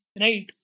Right